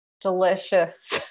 delicious